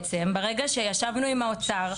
ברגע שישבנו עם האוצר,